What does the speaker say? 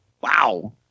Wow